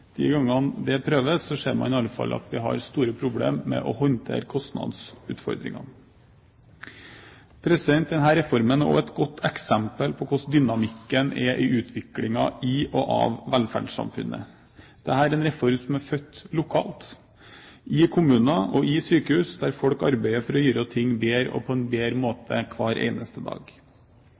De gangene det prøves, ser man i alle fall at vi har store problemer med å håndtere kostnadsutfordringene. Denne reformen er også et godt eksempel på hvordan dynamikken er i utviklingen i og av velferdssamfunnet. Dette er en reform som er født lokalt, i kommuner og i sykehus der folk arbeider for å gjøre ting bedre og på en bedre måte hver eneste dag.